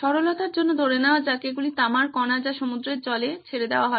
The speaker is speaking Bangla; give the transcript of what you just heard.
সরলতার জন্য ধরে নেওয়া যাক এগুলি তামার কণা যা সমুদ্রের জলে ছেড়ে দেওয়া হয়